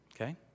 okay